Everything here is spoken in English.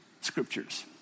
scriptures